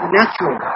natural